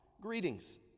Greetings